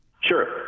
Sure